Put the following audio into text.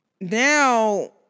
now